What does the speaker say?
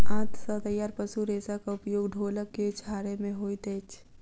आंत सॅ तैयार पशु रेशाक उपयोग ढोलक के छाड़य मे होइत अछि